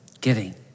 giving